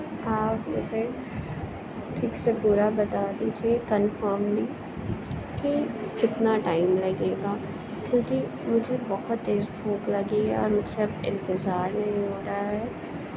آپ مجھے ٹھیک سے پورا بتا دیجیے کنفرملی کہ کتنا ٹائم لگے گا کیونکہ مجھے بہت تیز بھوک لگی ہے اور مجھ سے اب انتظار نہیں ہو رہا ہے